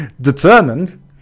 determined